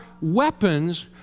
weapons